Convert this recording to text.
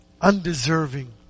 undeserving